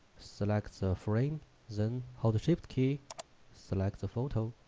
select the frame then how the shift key select the photo